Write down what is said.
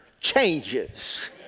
changes